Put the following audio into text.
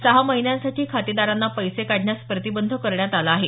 सहा महिन्यांसाठी खातेदारांना पैसे काढण्यास प्रतिबंध करण्यात आला आहे